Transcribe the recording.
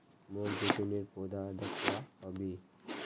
मोक जैतूनेर पौधा दखवा ह बे